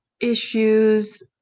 issues